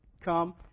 come